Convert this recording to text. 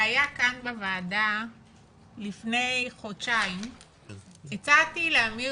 הצעתי לאמיר